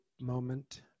moment